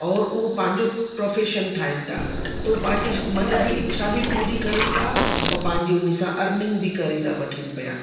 और उहो पंहिंजो प्रोफ़ेशन ठाहीनि था त उहो पंहिंजे मन जी इच्छा बि पूरी करनि था और पंहिंजी उन्ही सां अर्निंग बि करे था वठनि पिया